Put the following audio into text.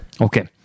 Okay